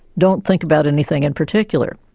don't think about anything in particular.